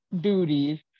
duties